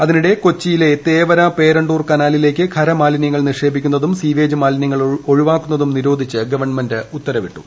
അതിനിടെ കൊച്ചിയിലെ തേവര പേരണ്ടൂർ കനാലിലേക്ക് ഖരമാലിന്യങ്ങൾ നിക്ഷേപിക്കുന്നതും സ്വീവേജ് മാലിന്യങ്ങൾ ഒഴുക്കുന്നതു നിരോധിച്ച് ഗവൺമെന്റ് ഉത്തരവിട്ടു